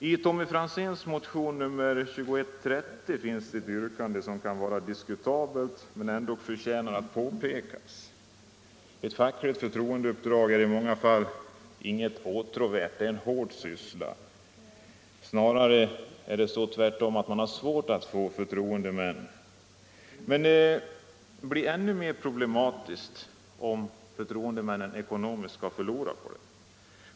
I Tommy Franzéns motion nr 2130 finns ett yrkande som kan vara diskutabelt men ändock förtjänar att påpekas. Ett fackligt förtroendeuppdrag är i många fall inget åtråvärt. Det är en hård syssla. Snarare är det så att man har svårt att få förtroendemän. Men det blir ändå mer problematiskt om förtroendemännen ekonomiskt skall förlora på uppdraget.